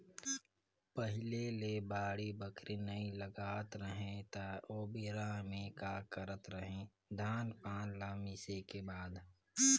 पहिले ले बाड़ी बखरी नइ लगात रहें त ओबेरा में का करत रहें, धान पान ल मिसे के बाद